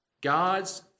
God's